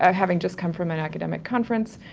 um having just come from an academic conference,